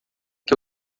que